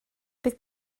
bydd